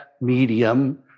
medium